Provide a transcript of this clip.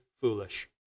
foolish